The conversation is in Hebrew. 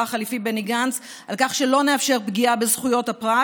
החליפי בני גנץ על כך שלא נאפשר פגיעה בזכויות הפרט.